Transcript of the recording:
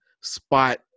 spot